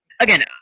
again